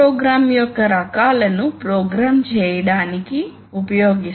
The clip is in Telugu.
మీరు సిలిండర్ యొక్క కదలిక అయిన RAM ను తరలించాలనుకుంటున్నారు అప్పుడు మీరు ఈ రెండు స్విచ్లను నొక్కాలి